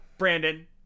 Brandon